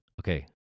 okay